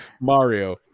Mario